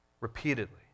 repeatedly